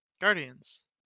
guardians